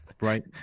right